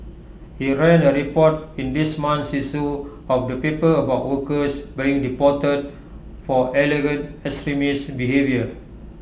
he ran A report in this month's issue of the paper about workers being deported for extremist behaviour